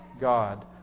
God